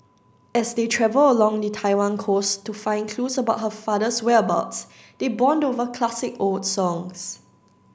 as they travel along the Taiwan coast to find clues about her father's whereabouts they bond over classic old songs